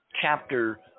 chapter